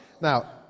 Now